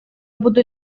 буду